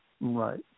Right